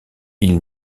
ils